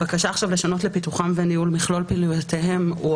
הבקשה עכשיו לשנות ל"פיתוחם וניהול מכלול פעילויותיהם" היא